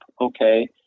okay